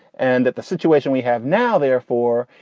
and that the situation we have now, therefore,